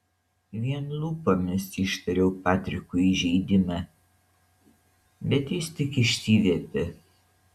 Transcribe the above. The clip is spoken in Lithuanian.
vien lūpomis ištariau patrikui įžeidimą bet jis tik išsiviepė